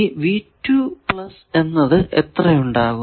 ഈ എന്നത് എത്ര ഉണ്ടാകും